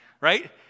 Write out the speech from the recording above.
Right